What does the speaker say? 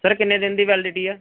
sir ਕਿੰਨੇ ਦਿਨ ਦੀ ਵੈਲਿਡਿਟੀ ਆ